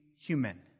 human